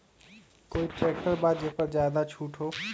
कोइ ट्रैक्टर बा जे पर ज्यादा छूट हो?